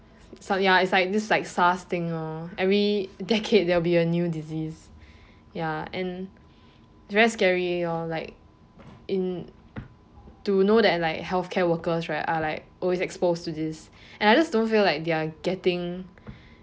it is like this like SARS thing lor every decade there will be a new disease ya and it's very scary lor like in to know that like healthcare workers right are like always exposed to this and I just don't feel like they are getting